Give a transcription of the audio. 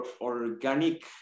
organic